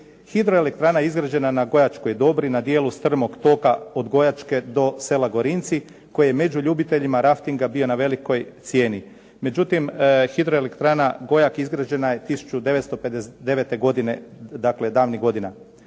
Hidroelektrana je izgrađena na Gojačkoj Dobri na dijelu strmog toka od Gojačke do sela Gorinci koji je među ljubiteljima raftinga bio na velikoj cijeni. Međutim, hidroelektrana Gojak izgrađena je 1959. godine, dakle davnih godina.